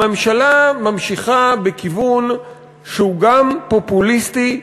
הממשלה ממשיכה בכיוון שהוא גם פופוליסטי,